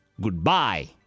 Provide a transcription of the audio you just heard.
goodbye